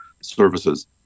services